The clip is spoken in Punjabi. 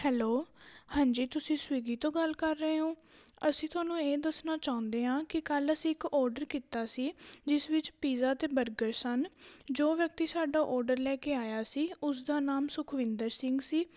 ਹੈਲੋ ਹਾਂਜੀ ਤੁਸੀਂ ਸਵਿਗੀ ਤੋਂ ਗੱਲ ਕਰ ਰਹੇ ਹੋ ਅਸੀਂ ਤੁਹਾਨੂੰ ਇਹ ਦੱਸਣਾ ਚਾਹੁੰਦੇ ਹਾਂ ਕਿ ਕੱਲ ਅਸੀਂ ਇੱਕ ਆਰਡਰ ਕੀਤਾ ਸੀ ਜਿਸ ਵਿੱਚ ਪਿਜ਼ਾ ਅਤੇ ਬਰਗਰ ਸਨ ਜੋ ਵਿਅਕਤੀ ਸਾਡਾ ਆਰਡਰ ਲੈ ਕੇ ਆਇਆ ਸੀ ਉਸਦਾ ਨਾਮ ਸੁਖਵਿੰਦਰ ਸਿੰਘ ਸੀ